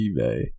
eBay